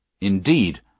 Indeed